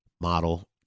model